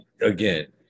again